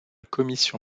commission